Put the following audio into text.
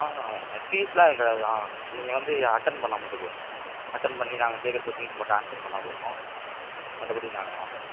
ஆ ஃபீஸ்லாம் இருக்காது நீங்கள் வந்து அட்டன் பண்ணால் மட்டும் போதும் அட்டன் பண்ணி நாங்கள் கேட்குற கொஸினுக்கு மட்டும் ஆன்சர் பண்ணால் போதும் மற்றபடி நாங்கள் ஆம்